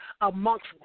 amongst